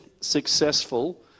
successful